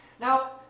Now